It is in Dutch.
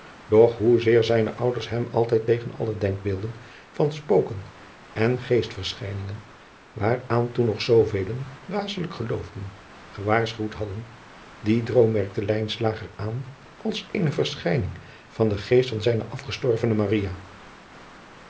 doch hoezeer zijne ouders hem altijd tegen alle denkbeelden van spoken en geestverschijningen waaraan toen nog zoovelen dwaasselijk geloofden gewaarschuwd hadden dien droom merkte lijnslager aan als eene verschijning van den geest van zijne afgestorvene